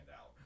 out